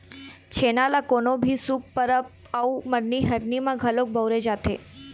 छेना ल कोनो भी शुभ परब अउ मरनी हरनी म घलोक बउरे जाथे